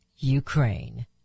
Ukraine